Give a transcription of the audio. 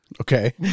Okay